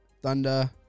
Thunder